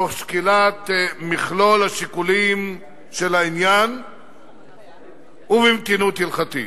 תוך שקילת מכלול שיקולי העניין ובמתינות הלכתית.